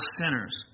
sinners